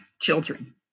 children